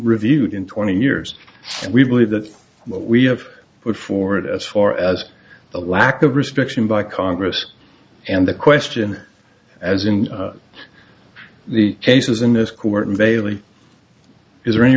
reviewed in twenty years we believe that we have put forward as far as the lack of restriction by congress and the question as in the cases in this court in bailey is there any